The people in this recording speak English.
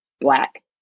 black